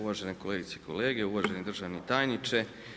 Uvažene kolegice i kolege, uvaženi državni tajniče.